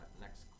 next